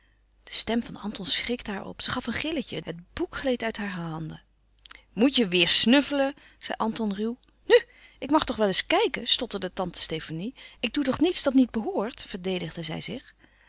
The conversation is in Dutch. de stem van anton schrikte haar op zij gaf een gilletje het boek gleed uit hare handen moet je weêr snuffelen zei anton ruw nu ik mag toch wel eens kijken stotterde tante stefanie ik doe toch niets dat niet behoort verdedigde zij zich